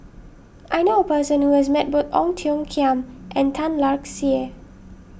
I knew a person who has met both Ong Tiong Khiam and Tan Lark Sye